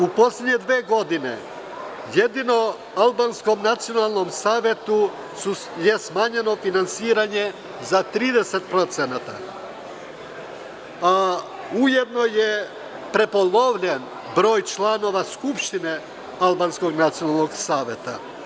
U poslednje dve godine jedino albanskom Nacionalnom savetu je smanjeno finansiranje za 30%, a ujedno je prepolovljen broj članova skupštine albanskog Nacionalnog saveta.